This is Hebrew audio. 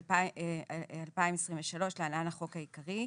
התשע"ג 2023 (להלן, החוק העיקרי),